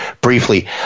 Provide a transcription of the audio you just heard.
briefly